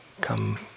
come